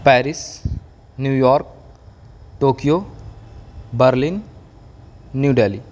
Paris New York Tokyo Berlin New Delhi